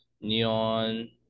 Neon